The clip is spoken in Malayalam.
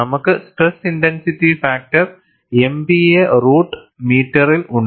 നമുക്ക് stress intensity factor MPa root മീറ്ററിൽ ഉണ്ട്